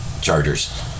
Chargers